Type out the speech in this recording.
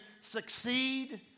succeed